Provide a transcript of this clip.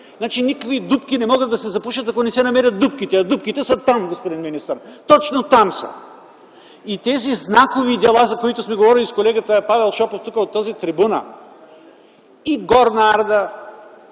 мерки. Никакви дупки не могат да се запушат, ако не се намерят дупките. А дупките са там, господин министър! Точно там са! И тези знакови дела, за които сме говорили с колегата Павел Шопов тук, от тази трибуна, и „Горна Арда”,